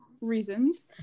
reasons